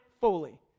fully